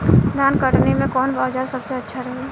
धान कटनी मे कौन औज़ार सबसे अच्छा रही?